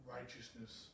Righteousness